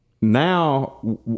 now